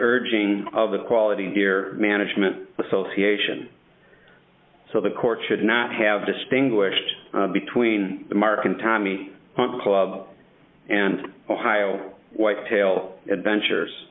urging of the quality deer management association so the court should not have distinguished between the marking time me club and ohio whitetail adventures